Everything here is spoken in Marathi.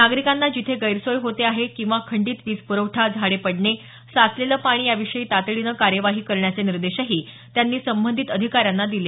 नागरिकांना जिथे गैरसोय होते आहे किंवा खंडित वीज पुरवठा झाडे पडणे साचलेले पाणी याविषयी तातडीने कार्यवाही करण्याचे निर्देशही त्यांनी संबंधित अधिकाऱ्यांना दिले